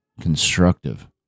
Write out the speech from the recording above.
constructive